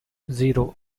zero